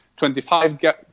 25